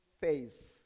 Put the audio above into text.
face